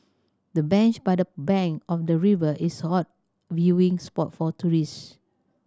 the bench by the bank of the river is hot viewing spot for tourists